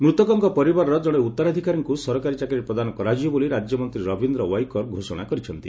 ମୃତକଙ୍କ ପରିବାରର ଜଣେ ଉତ୍ତରାଧିକାରୀଙ୍କୁ ସରକାରୀ ଚାକିରି ପ୍ରଦାନ କରାଯିବ ବୋଲି ରାଜ୍ୟ ମନ୍ତ୍ରୀ ରବୀନ୍ଦ୍ର ୱାଇକର୍ ଘୋଷଣା କରିଛନ୍ତି